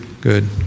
Good